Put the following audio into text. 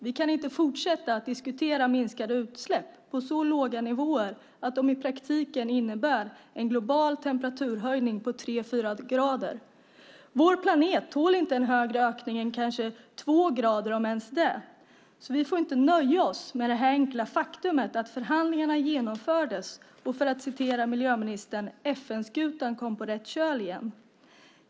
Vi kan inte fortsätta att diskutera minskade utsläpp på så låga nivåer att de i praktiken innebär en global temperaturhöjning på 3-4 grader. Vår planet tål inte en högre ökning än kanske 2 grader, om ens det. Vi får inte nöja oss med det enkla faktumet att förhandlingarna genomfördes och, för att citera miljöministern, FN-skutan kom på rätt köl igen.